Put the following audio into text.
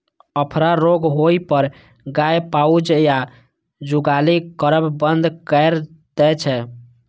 अफरा रोग होइ पर गाय पाउज या जुगाली करब बंद कैर दै छै